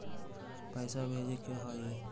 पैसा भेजे के हाइ?